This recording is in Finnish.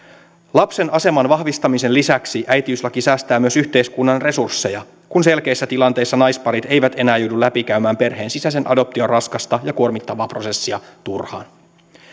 lapsen aseman vahvistamisen lisäksi äitiyslaki säästää myös yhteiskunnan resursseja kun selkeissä tilanteissa naisparit eivät enää joudu läpikäymään perheen sisäisen adoption raskasta ja kuormittavaa prosessia turhaan